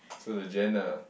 so the Jan ah